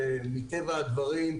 מטבע הדברים,